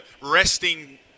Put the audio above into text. resting